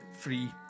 free